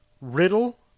Riddle